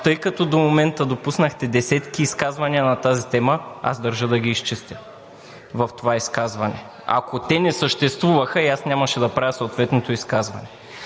Тъй като до момента допуснахте десетки изказвания на тази тема, аз държа да ги изчистя в това изказване. Ако те не съществуваха, и аз нямаше да правя съответното изказване.